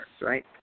right